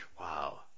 Wow